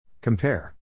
Compare